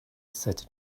sat